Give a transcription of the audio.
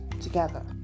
together